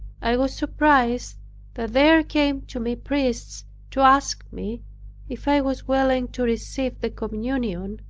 i was surprised that there came to me priests to ask me if i was willing to receive the communion,